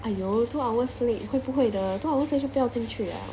!aiyo! two hours late 会不会的 two hours late 就不要进去 [liao]